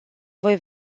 voi